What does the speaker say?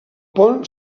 pont